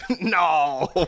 No